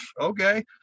okay